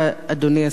אדוני השר,